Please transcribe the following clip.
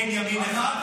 אין ימין אחד?